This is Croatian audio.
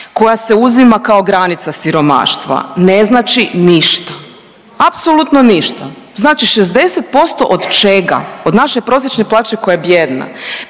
koja se uzima kao granica siromaštva ne znači ništa, apsolutno ništa, znači 60% od čega, od naše prosječne plaće koja je bijedna.